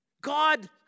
God